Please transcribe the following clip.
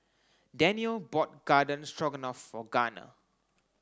Danniel bought Garden Stroganoff for Garner